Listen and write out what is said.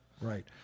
Right